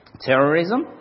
Terrorism